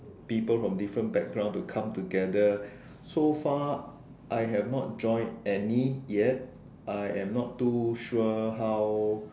people from different background to come together so far I have not join any yet I am not too sure how